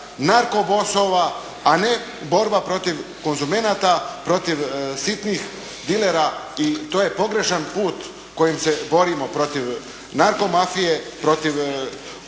narko bosova a ne borba protiv konzumenata, protiv sitnih dilera i to je pogrešan put kojim se borimo protiv narko mafije, protiv